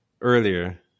earlier